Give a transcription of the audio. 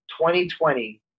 2020